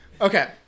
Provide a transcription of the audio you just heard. Okay